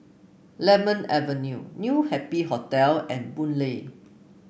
Lemon Avenue New Happy Hotel and Boon Lay